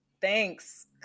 thanks